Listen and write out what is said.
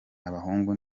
abahungu